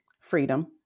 Freedom